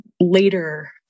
later